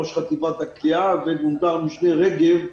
ראש חטיבת הכליאה וגונדר משנה רגב דחרוג,